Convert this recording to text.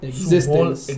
Existence